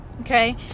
Okay